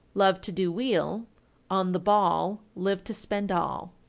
love to do weel on the ball, live to spend all.